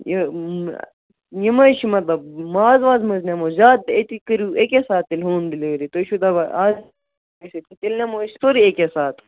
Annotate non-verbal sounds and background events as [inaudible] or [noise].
یہِ یِم حظ چھِ مطلب ماز واز مہٕ حظ نِمو زیاد تہٕ أتی کٔرِو اَکے ساتہٕ تیٚلہِ ہوم ڈِلِؤری تُہۍ چھُو دَپان آز [unintelligible] تیٚلہِ نِمو أسۍ سورُے اَکے ساتہٕ